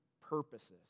purposes